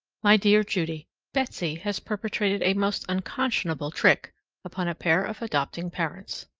my dear judy betsy has perpetrated a most unconscionable trick upon a pair of adopting parents.